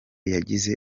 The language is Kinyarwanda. yagize